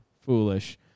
Foolish